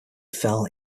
fell